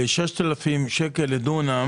ב-6,000 שקל לדונם